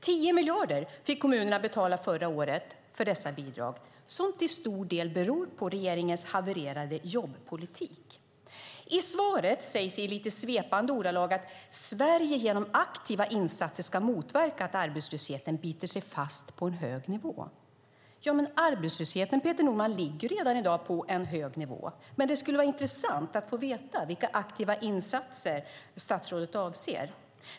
Förra året fick kommunerna betala 10 miljarder för dessa bidrag som till stor del beror på regeringens havererade jobbpolitik. I svaret sägs i svepande ordalag att Sverige genom aktiva insatser ska motverka att arbetslösheten biter sig fast på en hög nivå. Arbetslösheten ligger redan i dag på en hög nivå, Peter Norman. Det skulle vara intressant att få veta vilka aktiva insatser statsrådet avser.